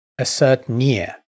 assertNear